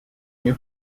new